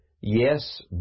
yes